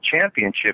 championship